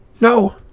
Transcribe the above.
No